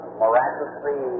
miraculously